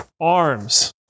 Arms